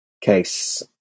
case